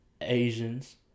Asians